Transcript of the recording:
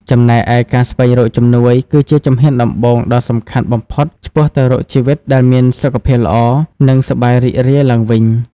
ចំណែកឯ ការស្វែងរកជំនួយ គឺជាជំហានដំបូងដ៏សំខាន់បំផុតឆ្ពោះទៅរកជីវិតដែលមានសុខភាពល្អ និងសប្បាយរីករាយឡើងវិញ។